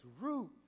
root